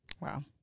Wow